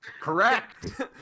Correct